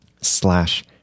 slash